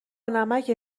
نمکه